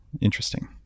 Interesting